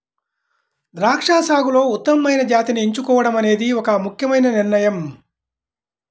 ద్రాక్ష సాగులో ఉత్తమమైన జాతిని ఎంచుకోవడం అనేది ఒక ముఖ్యమైన నిర్ణయం